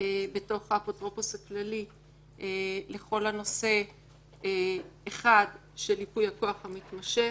בתוך האפוטרופוס הכללי לכל הנושא של ייפוי הכוח המתמשך,